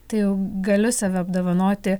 tai jau galiu save apdovanoti